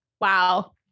Wow